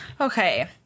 Okay